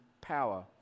power